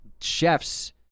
chefs